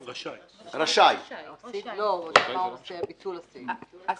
היום הסעיף מגביל אותם כי